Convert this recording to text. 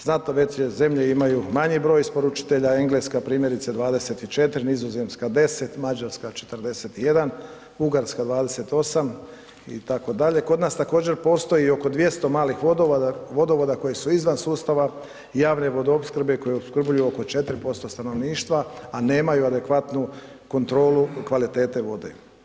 Znatno veće zemlje imaju manji broj isporučitelja Engleska primjerice 24, Nizozemska 10, Mađarska 41, Bugarska 28 itd., kod nas također postoji i oko 200 malih vodovoda koji su izvan sustava javne vodoopskrbe koji opskrbljuju oko 4% stanovništva, a nemaju adekvatnu kontrolu kvalitete vode.